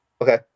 Okay